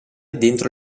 dentro